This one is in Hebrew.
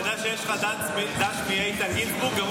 תדע שיש לך ד"ש מאיתן גינזבורג.